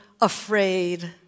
afraid